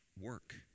work